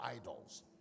idols